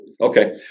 Okay